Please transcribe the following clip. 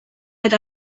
eta